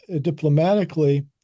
diplomatically